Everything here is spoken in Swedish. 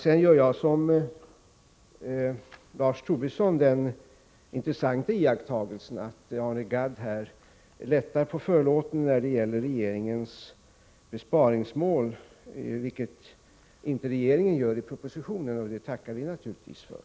Sedan gör jag som Lars Tobisson den intressanta iakttagelsen att Arne Gadd lättar på förlåten när det gäller regeringens besparingsmål, vilket inte regeringen gör i propositionen. Det tackar vi naturligtvis för.